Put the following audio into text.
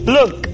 Look